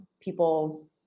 people